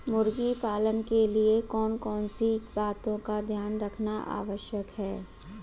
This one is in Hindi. मुर्गी पालन के लिए कौन कौन सी बातों का ध्यान रखना आवश्यक है?